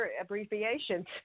abbreviations